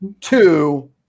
two